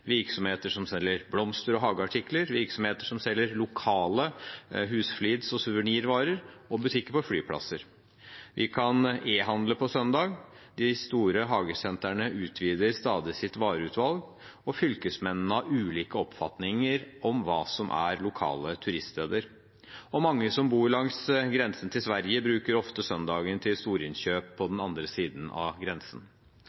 virksomheter som selger blomster og hageartikler, virksomheter som selger lokale husflids- og suvenirvarer, og butikker på flyplasser. Vi kan e-handle på søndager, de store hagesentrene utvider stadig sitt vareutvalg, og fylkesmennene har ulike oppfatninger om hva som er lokale turiststeder. Mange som bor langs grensen til Sverige, bruker ofte søndagen til storinnkjøp på